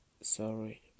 sorry